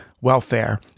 welfare